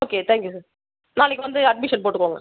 okay thank you sir நாளைக்கு வந்து admission போட்டுக்கோங்க